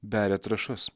beria trąšas